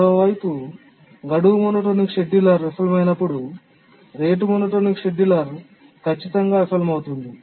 మరోవైపు గడువు monotonic scheduler విఫలమైనప్పుడు రేటు మోనోటోనిక్ షెడ్యూలర్ ఖచ్చితంగా విఫలమవుతుంది